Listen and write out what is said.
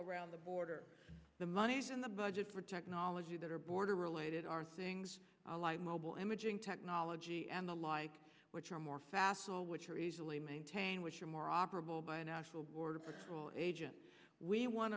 around the border the monies in the budget for technology that are border related are things like mobile imaging technology and the like which are more facile which are easily maintained which are more operable by a national border patrol agent we want